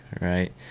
right